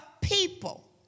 people